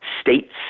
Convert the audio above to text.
states